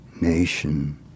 nation